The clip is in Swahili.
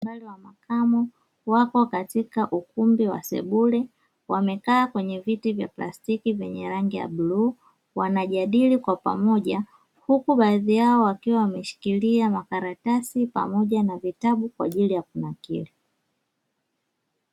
Watu wa makamo wako katika ukumbi wa sebule, wamekaa kwenye viti vya plastiki vyenye rangi ya bluu, wanajadili kwa pamoja huku baadhi yao wakiwa wameshikilia makaratasi pamoja na vitabu kwa ajili ya kunakili.